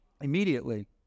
immediately